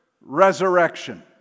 resurrection